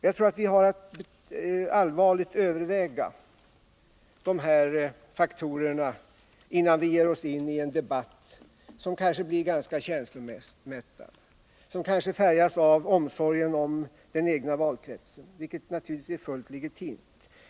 Jag tror vi har att allvarligt överväga de här faktorerna innan vi ger ossinien debatt som kanske blir ganska känslomättad och som kanske färgas av omsorgen om den egna valkretsen — vilket naturligtvis är fullt legitimt.